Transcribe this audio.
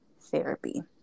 therapy